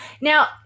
now